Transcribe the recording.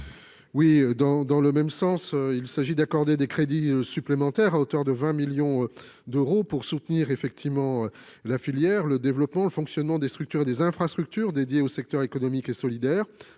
cet amendement, il s'agit d'accorder des crédits supplémentaires à hauteur de 20 millions d'euros pour soutenir la filière, à savoir le développement et le fonctionnement des structures et des infrastructures dédiées au secteur économique et solidaire,